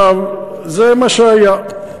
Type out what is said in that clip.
עכשיו, זה מה שהיה.